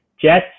Jets